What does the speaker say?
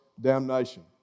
damnation